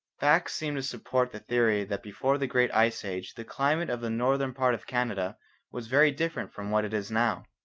facts seem to support the theory that before the great ice age the climate of the northern part of canada was very different from what it is now.